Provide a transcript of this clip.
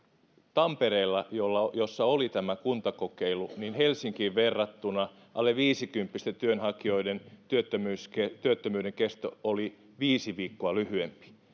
tampereella jossa oli tämä kuntakokeilu oli helsinkiin verrattuna alle viisikymppisten työnhakijoiden työttömyyden työttömyyden kesto viisi viikkoa lyhyempi